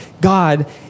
God